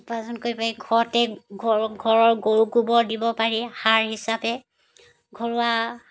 উপাৰ্জন কৰিব পাৰি ঘৰতে ঘৰৰ ঘৰৰ গৰুৰ গোবৰ দিব পাৰি সাৰ হিচাপে ঘৰুৱা